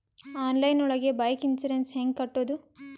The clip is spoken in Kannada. ಆನ್ಲೈನ್ ಒಳಗೆ ಬೈಕ್ ಇನ್ಸೂರೆನ್ಸ್ ಹ್ಯಾಂಗ್ ಕಟ್ಟುದು?